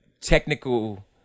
Technical